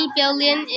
billion